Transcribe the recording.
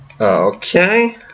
Okay